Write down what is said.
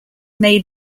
may